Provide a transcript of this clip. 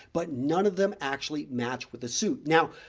but none of them actually match with the suit. now,